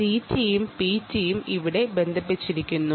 CTയും PTയും ഇവിടെ ബന്ധിപ്പിച്ചിരിക്കുന്നു